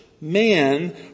man